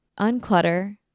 unclutter